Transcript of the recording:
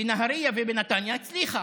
בנהריה ובנתניה היא הצליחה.